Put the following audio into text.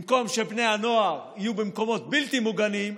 במקום שבני הנוער יהיו במקומות בלתי מוגנים,